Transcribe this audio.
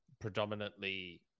predominantly